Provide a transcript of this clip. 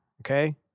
okay